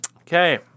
Okay